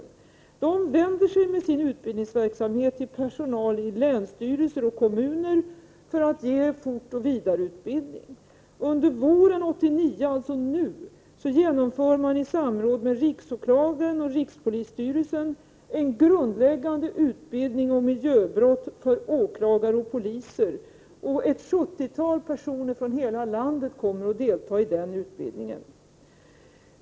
För att ge fortoch vidareutbildning vänder man sig med sin utbildningsverksamhet till personal på länsstyrelser och i kommuner. Under våren 1989, dvs. nu, genomför man en grundläggande utbildning i miljöbrott för åklagare och poliser i samråd med riksåklagaren och rikspolisstyrelsen. Ett 70-tal personer från hela landet kommer att delta i den utbildningen.